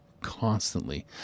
constantly